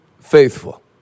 faithful